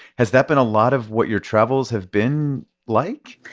has that been a lot of what your travels have been like?